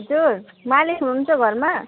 हजुर मालिक हुनुहुन्छ घरमा